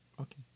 Okay